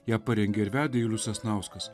ją parengė ir vedė julius sasnauskas